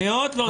מאוד לא טוב.